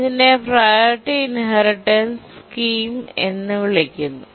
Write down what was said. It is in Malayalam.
ഇതിനെ പ്രിയോറിറ്റി ഇൻഹെറിറ്റൻസ് പദ്ധതി എന്ന് വിളിക്കുന്നു